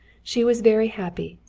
she was very happy,